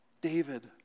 David